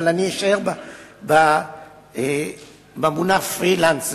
אבל אני אשאר במונח פרילנסרים.